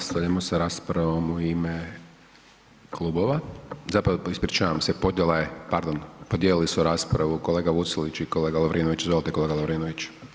Nastavljamo sa raspravom u ime klubova, zapravo ispričavam se, podjela je, pardon, podijelili su raspravu kolega Vucelić i kolega Lovrinović, izvolite kolega Lovrinović.